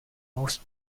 most